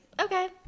okay